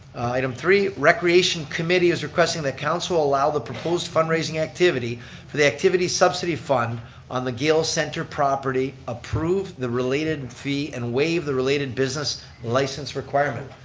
item three, recreation committee is requesting that council will allow the proposed fundraising activity for the activities subsidy fund on the gayle center property, approve the related fee and waive the related business license requirement.